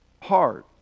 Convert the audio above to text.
hard